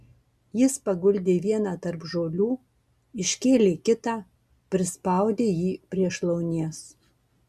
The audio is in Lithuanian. jis paguldė vieną tarp žolių iškėlė kitą prispaudė jį prie šlaunies